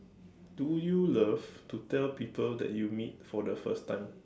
do you love to tell people then you meet for the first time